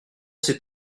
s’est